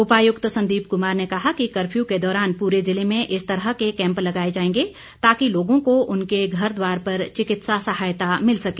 उपायुक्त संदीप कुमार ने कहा कि कर्फ्यू के दौरान पूरे ज़िले में इस तरह के कैंप लगाए जाएंगे ताकि लोगों को उनके घरद्दार पर चिकित्सा सहायता मिल सके